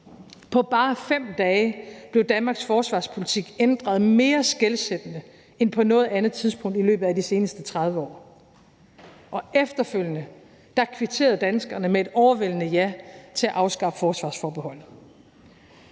På bare 5 dage blev Danmarks forsvarspolitik ændret mere skelsættende end på noget andet tidspunkt i løbet af de seneste 30 år. Efterfølgende kvitterede danskerne med et overvældende ja til at afskaffe forsvarsforbeholdet.